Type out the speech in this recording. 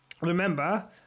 Remember